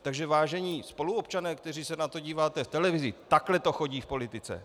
Takže vážení spoluobčané, kteří se na to díváte v televizi, takhle to chodí v politice.